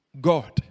God